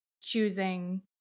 choosing